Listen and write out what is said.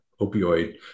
opioid